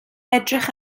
edrych